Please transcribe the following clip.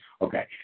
Okay